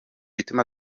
bituma